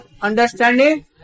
understanding